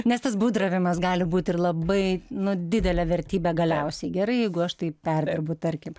nes tas būdravimas gali būt ir labai nu didele vertybe galiausiai gerai jeigu aš tai perdirbu tarkim